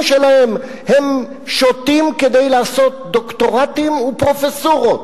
שלהם הם שותים כדי לעשות דוקטורטים ופרופסורות.